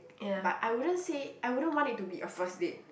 but I wouldn't say I wouldn't want it to be a first date